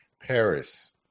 paris